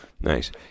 nice